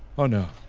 oh no.